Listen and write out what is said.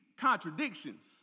contradictions